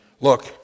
look